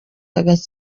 yandikaga